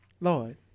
Lord